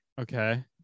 Okay